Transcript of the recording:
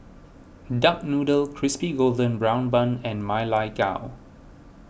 Duck Noodle Crispy Golden Brown Bun and Ma Lai Gao